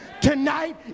tonight